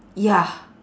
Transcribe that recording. ya